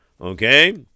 Okay